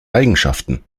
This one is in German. eigenschaften